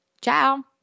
Ciao